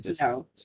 no